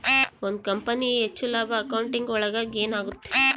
ಒಂದ್ ಕಂಪನಿಯ ಹೆಚ್ಚು ಲಾಭ ಅಕೌಂಟಿಂಗ್ ಒಳಗ ಗೇನ್ ಆಗುತ್ತೆ